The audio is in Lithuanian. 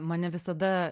mane visada